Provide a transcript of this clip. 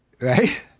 right